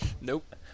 Nope